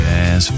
Jazz